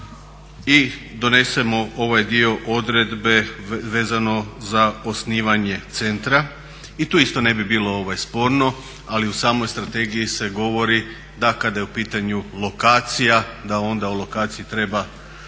i donesemo ovaj dio odredbe vezano za osnivanje centra. I tu isto ne bilo sporno, ali u samoj strategiji se govori da kada je u pitanju lokacija da onda o lokaciji treba